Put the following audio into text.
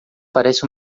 parece